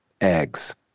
eggs